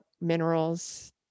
minerals